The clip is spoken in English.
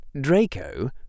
Draco